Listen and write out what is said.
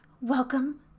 welcome